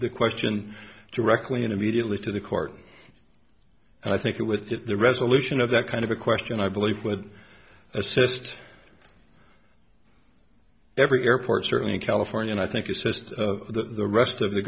the question directly and immediately to the court i think it with the resolution of that kind of a question i believe would assist every airport certainly in california and i think you sister the rest of the